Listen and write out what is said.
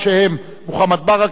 שהם מוחמד ברכה,